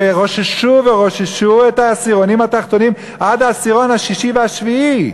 ורוששו ורוששו את העשירונים התחתונים עד העשירון השישי והשביעי.